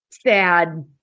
sad